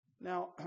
Now